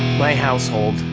my household,